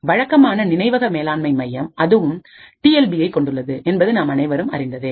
வழக்கமான நினைவக மேலாண்மை மையம் அதுவும் டி எல் பியை கொண்டுள்ளது என்பது நாம் அனைவரும் அறிந்ததே